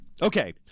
Okay